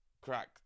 crack